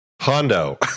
Hondo